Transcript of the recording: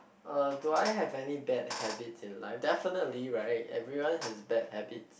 uh do I have any bad habits in life definitely right everyone has bad habits